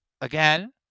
again